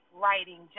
writing